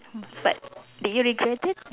but did you regret it